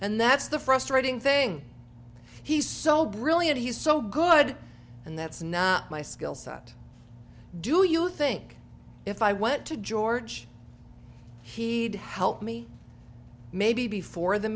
and that's the frustrating thing he's so brilliant he's so good and that's not my skill set do you think if i went to george he'd help me maybe before the